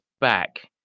back